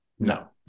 No